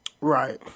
Right